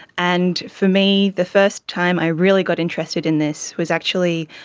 and for me, the first time i really got interested in this was actually,